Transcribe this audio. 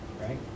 Right